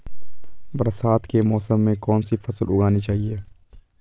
बरसात के मौसम में कौन सी फसल उगानी चाहिए?